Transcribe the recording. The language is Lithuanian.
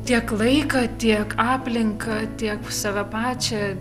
tiek laiką tiek aplinką tiek save pačią